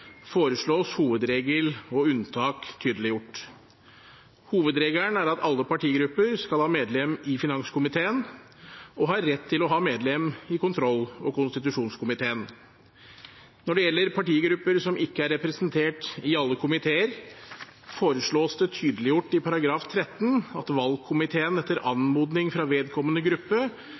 foreslås hovedregel og unntak tydeliggjort. Hovedregelen er at alle partigrupper skal ha medlem i finanskomiteen og har rett til å ha medlem i kontroll- og konstitusjonskomiteen. Når det gjelder partigrupper som ikke er representert i alle komiteer, foreslås det tydeliggjort i § 13 at valgkomiteen, etter anmodning fra vedkommende gruppe,